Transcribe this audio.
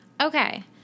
Okay